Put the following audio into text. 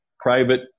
private